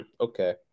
Okay